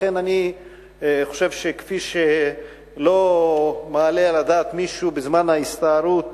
לכן אני חושב שכפי שלא מעלה על הדעת מישהו בזמן ההסתערות